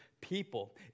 people